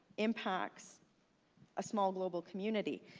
impacts a small global community?